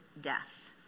death